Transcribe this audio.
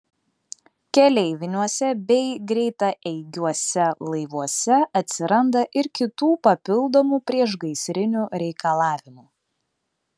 keleiviniuose bei greitaeigiuose laivuose atsiranda ir kitų papildomų priešgaisrinių reikalavimų